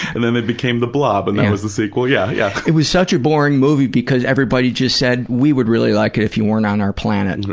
and then they became the blob and that was the sequel, yeah, yeah. it was such a boring movie because everybody just said, we would really like it if you weren't on our planet, and